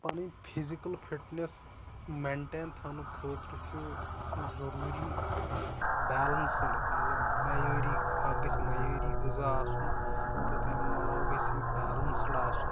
پَنٕنۍ physical fitness maintain تھاونہٕ خٲطرٕ چھُ ضروٗری بیلنسٕڈ مطلب مَیعٲری اَتھ گژھِ مَیعٲری غذا آسُن تہٕ تَمہِ علاوٕ گژھِ پیلنسٕڈ آسُن